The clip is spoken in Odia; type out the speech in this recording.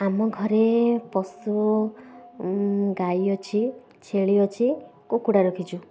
ଆମ ଘରେ ପଶୁ ଗାଈ ଅଛି ଛେଳି ଅଛି କୁକୁଡ଼ା ରଖିଛୁ